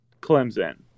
Clemson